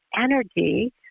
energy